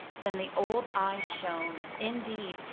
then the old eyes shone, indeed,